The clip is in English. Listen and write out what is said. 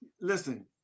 listen